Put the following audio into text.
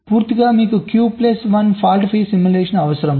కాబట్టి పూర్తిగా మీకు q plus 1 fault free simulation అవసరం